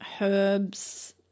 herbs